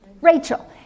Rachel